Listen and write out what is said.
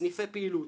סניפי פעילות,